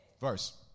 verse